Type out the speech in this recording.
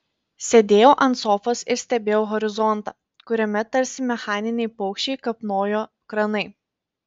sėdėjau ant sofos ir stebėjau horizontą kuriame tarsi mechaniniai paukščiai kapnojo kranai